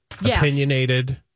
opinionated